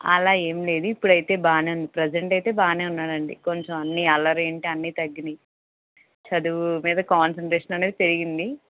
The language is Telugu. అలా ఏమి లేదు ఇప్పుడైతే బాగా ఉంది ప్రెసెంట్ అయితే బాగా ఉన్నాడు అండి కొంచెం అన్నీ అల్లలు ఏంటి అన్నీ తగ్గినాయి చదువు మీద కాన్సన్ట్రేషన్ అనేది పెరిగింది